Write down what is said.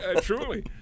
truly